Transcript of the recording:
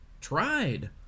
tried